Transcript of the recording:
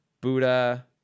buddha